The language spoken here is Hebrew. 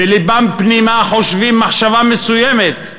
בלבם פנימה חושבים מחשבה מסוימת,